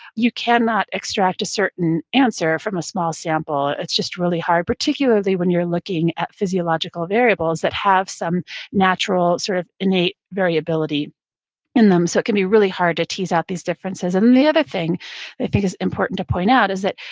you cannot extract a certain answer from a small sample. it's just really hard, particularly when you're looking at physiological variables that have some natural sort of innate variability in them, so it could be really hard to tease out these differences and the other thing that i think is important to point out is that,